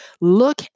look